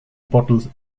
bottles